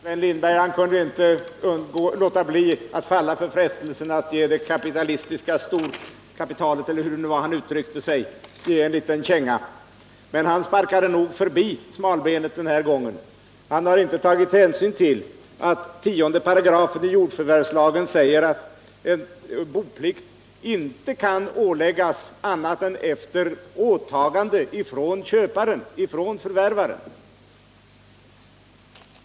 Herr talman! Sven Lindberg kunde inte låta bli att falla för frestelsen att ge det kapitalistiska storkapitalet — eller hur det nu var han uttryckte sig — en liten känga, men han sparkade nog förbi smalbenet den här gången. Han har inte tagit hänsyn till att 10 § jordförvärvslagen säger att boplikt inte kan åläggas annat än efter åtagande från förvärvaren.